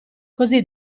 così